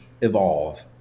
Evolve